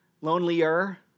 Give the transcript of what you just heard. lonelier